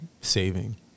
saving